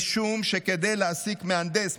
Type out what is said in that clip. משום שכדי להעסיק מהנדס,